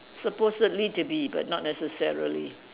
supposedly to be but not necessarily